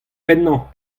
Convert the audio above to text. pennañ